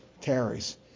carries